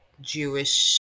Jewish